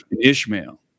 Ishmael